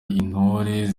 intore